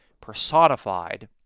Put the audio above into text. personified